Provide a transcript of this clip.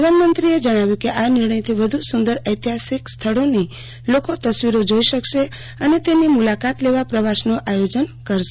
પ્રધાનમંત્રીએ જણાવ્યું કે આ નિર્ણયથી વધુ સુંદર ઐતિહાસિક સ્થળોની લોકો તસ્વીરો જોશે અને તેની મુલાકાતલેવા પ્રવાસનું આયોજન કરશે